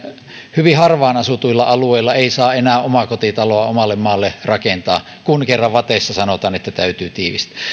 hyvin harvaan asutuilla alueilla ei saa enää omakotitaloa omalle maalle rakentaa kun kerran vateissa sanotaan että täytyy tiivistää